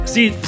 See